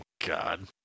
God